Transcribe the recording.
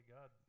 God